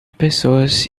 pessoas